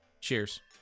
Cheers